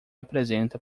apresenta